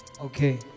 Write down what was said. Okay